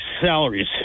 salaries